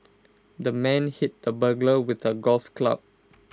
the man hit the burglar with A golf club